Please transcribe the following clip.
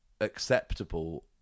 acceptable